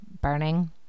burning